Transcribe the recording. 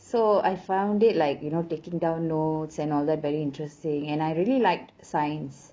so I found it like you know taking down notes and all that very interesting and I really liked science